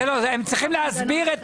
אם צריך לשנות את החוק, נשנה אותו.